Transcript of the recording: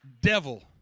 devil